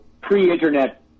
pre-internet